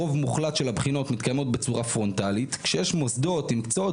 רוב מוחלט של הבחינות מתקיימות בצורה פרונטלית כשיש מוסדות עם מקצועות